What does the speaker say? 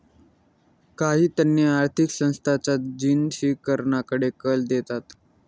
काही तज्ञ आर्थिक संस्थांच्या जिनसीकरणाकडे कल देतात